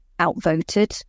outvoted